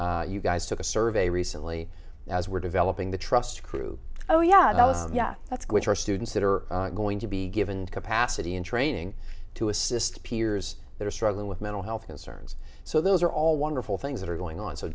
you guys took a survey recently as we're developing the trust crew oh yeah yeah that's good for students that are going to be given capacity in training to assist peers that are struggling with mental health concerns so those are all wonderful things that are going on so